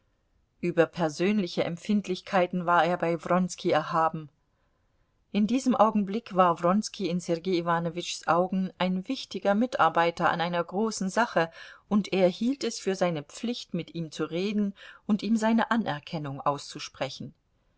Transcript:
über persönliche empfindlichkeiten war er bei wronski erhaben in diesem augenblick war wronski in sergei iwanowitschs augen ein wichtiger mitarbeiter an einer großen sache und er hielt es für seine pflicht mit ihm zu reden und ihm seine anerkennung auszusprechen